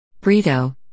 Brito